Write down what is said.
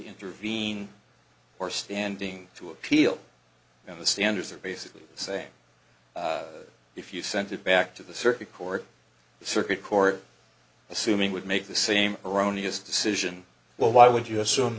intervene or standing to appeal and the standards are basically the same if you sent it back to the circuit court the circuit court assuming would make the same erroneous decision well why would you assume